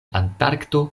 antarkto